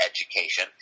education